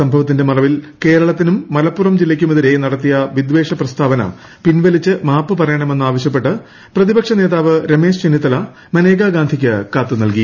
സംഭവത്തിന്റെ മറവിൽ കേരളത്തിനും മലപ്പുറം ജില്ലക്കുമെതിരെ നടത്തിയ വിദ്ധേഷ പ്രസ്താവന പിൻവലിച്ച് മാപ്പ് പറയണമെന്ന് ആവശ്യപ്പെട്ട് പ്രതിപക്ഷ നേതാവ് രമേശ് ചെന്നിത്തല മനേക ഗാന്ധിക്ക് കത്ത് നൽകി